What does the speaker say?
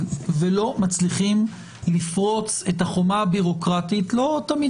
ולא מצליחים לפרוץ את החומה הבירוקרטית הזה לא תמיד